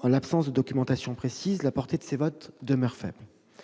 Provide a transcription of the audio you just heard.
en l'absence de documentation précise, la portée de ces votes demeure faible.